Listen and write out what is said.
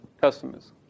customers